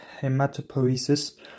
hematopoiesis